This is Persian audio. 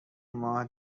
ماه